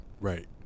Right